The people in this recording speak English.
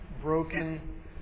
broken